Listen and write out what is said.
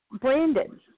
Brandon